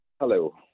Hello